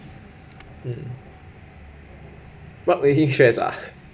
mm what makes me stressed ah